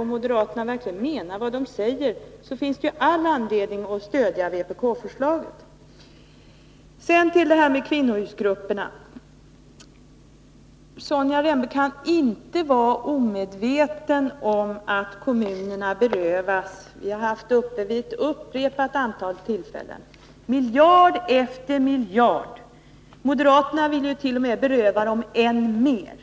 och moderaterna verkligen menar vad de säger, finns det all anledning att stödja vpk-förslaget. Sedan till kvinnohusgrupperna. Sonja Rembo kan inte vara omedveten om att kommunerna — vi har haft det uppe vid ett otal tillfällen — berövats miljarder efter miljarder. Moderaterna vill t.o.m. beröva dem än mer.